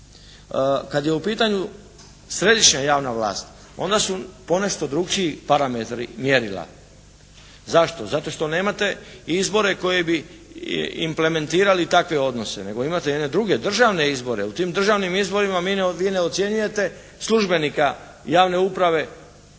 Kad je u pitanju središnja javna vlast onda su ponešto drukčiji parametri, mjerila. Zašto? Zato što nemate izbore koji bi implementirali takve odnose, nego imate jedne druge, državne izbore. U tim državnim izborima vi ne ocjenjujete službenika javne uprave